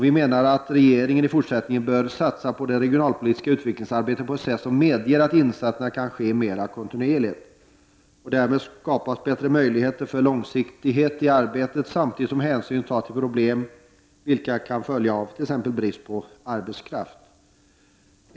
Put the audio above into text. Vi menar att regeringen i fortsättningen bör satsa på det regionalpolitiska utvecklingsarbetet på ett sätt som medger att insatserna kan ske mer kontinuerligt. Därmed skapas bättre möjligheter för långsiktighet i arbetet, samtidigt som hänsyn tas till de problem vilka kan följa av t.ex. brist på arbetskraft.